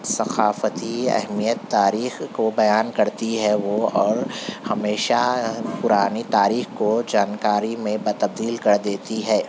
ثقافتی اہمیت تاریخ کو بیان کرتی ہے وہ اور ہمیشہ پرانی تاریخ کو جانکاری میں بہ تبدیل کر دیتی ہے